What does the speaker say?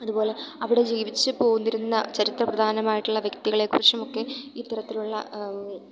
അതുപോലെ അവിടെ ജീവിച്ച് പോന്നിരുന്ന ചരിത്രപ്രധാനമായിട്ടുള്ള വ്യക്തികളെക്കുറിച്ചുമൊക്കെ ഇത്തരത്തിലുള്ള